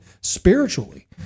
Spiritually